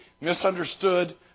misunderstood